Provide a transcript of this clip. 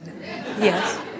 Yes